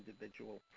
individual